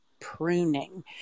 pruning